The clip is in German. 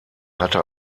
hatte